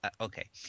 Okay